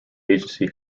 agency